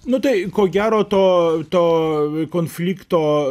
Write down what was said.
nu tai ko gero to to konflikto